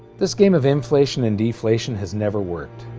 this game of inflation and deflation has never worked,